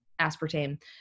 aspartame